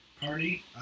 party